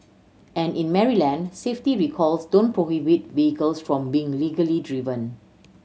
and in Maryland safety recalls don't prohibit vehicles from being legally driven